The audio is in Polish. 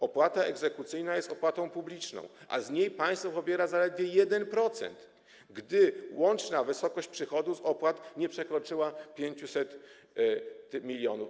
Opłata egzekucyjna jest opłatą publiczną, a z niej państwo pobiera zaledwie 1%, gdy łączna wysokość przychodów, opłat nie przekroczyła 500 mln.